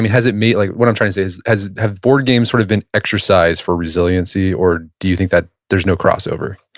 has it made, like what i'm trying to say is, have board games sort of been exercised for resiliency? or do you think that there's no cross over?